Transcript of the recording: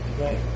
Right